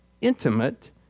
intimate